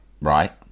right